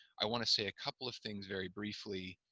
i want to say a couple of things very briefly